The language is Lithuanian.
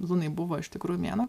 lunai buvo iš tikrųjų mėnuo